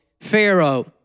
Pharaoh